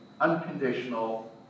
unconditional